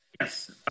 Yes